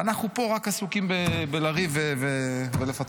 ואנחנו פה רק עסוקים בלריב ולפצל.